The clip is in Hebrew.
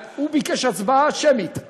הוא ביקש הצבעה שמית,